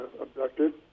abducted